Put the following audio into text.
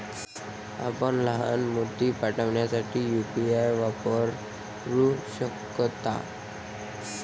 आपण लहान मोती पाठविण्यासाठी यू.पी.आय वापरू शकता